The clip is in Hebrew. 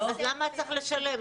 אז למה צריך לשלם?